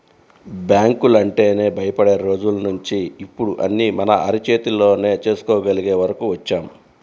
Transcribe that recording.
బ్యాంకులంటేనే భయపడే రోజుల్నించి ఇప్పుడు అన్నీ మన అరచేతిలోనే చేసుకోగలిగే వరకు వచ్చాం